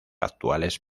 actuales